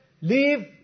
leave